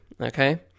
okay